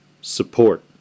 support